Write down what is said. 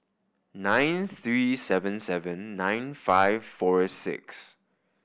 nine three seven seven nine five four six